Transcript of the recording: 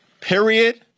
period